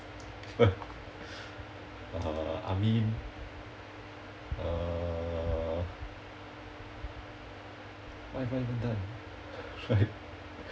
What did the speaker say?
(uh huh) I mean uh what have I even done like